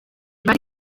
bari